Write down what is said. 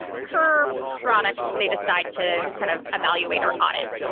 per product, they decide to kind of evaluate or audit.